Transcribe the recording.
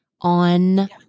on